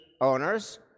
owners